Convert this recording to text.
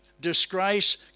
disgrace